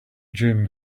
dune